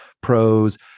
pros